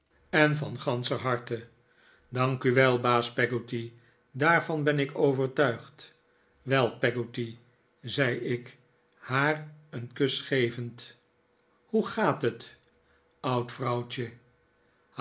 en van ganscher harte dank u wel baas peggotty daarvan ben ik overtuigd wel peggotty zei ik haar een kus gevend hoe gaat het oud vrouwtje